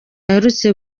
aherutse